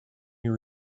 your